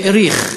שהאריך,